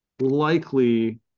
likely